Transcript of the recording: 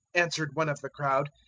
answered one of the crowd,